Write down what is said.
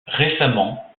récemment